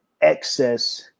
excess